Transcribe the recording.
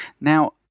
Now